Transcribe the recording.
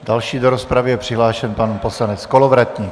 Další do rozpravy je přihlášen pan poslanec Kolovratník.